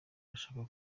bashaka